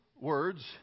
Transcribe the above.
words